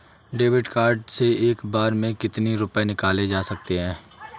David card से एक बार में कितनी रूपए निकाले जा सकता है?